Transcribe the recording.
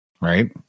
Right